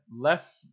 left